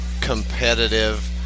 competitive